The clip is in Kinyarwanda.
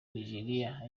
nigeria